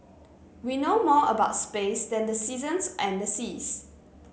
we know more about space than the seasons and the seas